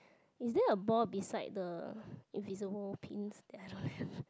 is there a ball beside the invisible paints